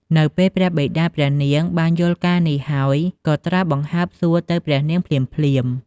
នៅពេលព្រះបិតាព្រះនាងបានយល់ការនេះហើយក៏ត្រាស់បង្ហើបសួរទៅព្រះនាង ភ្លាមៗ។